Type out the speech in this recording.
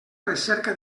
recerca